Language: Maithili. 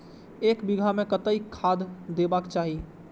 एक बिघा में कतेक खाघ देबाक चाही?